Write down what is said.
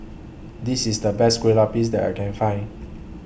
This IS The Best Kueh Lapis that I Can Find